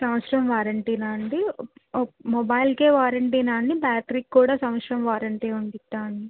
సంవత్సరం వారంటీనా అండి ఒ మొబైల్కే వారంటీనా అండి బ్యాటరీకి కూడా సంవత్సరం వారంటీ ఉంటుందా అండి